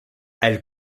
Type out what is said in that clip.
elle